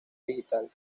digital